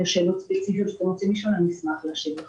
אם יש שאלות ספציפיות שאתם רוצים לשאול אני אשמח להשיב לכם.